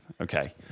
okay